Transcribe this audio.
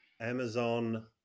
amazon